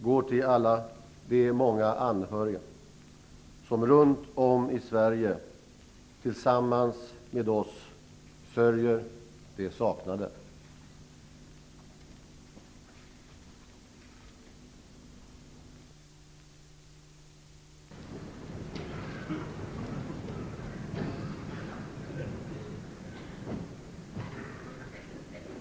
går till alla de många anhöriga som runt om i Sverige tillsammans med oss sörjer de saknade.